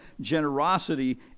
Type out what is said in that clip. Generosity